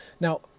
now